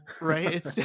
Right